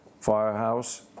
firehouse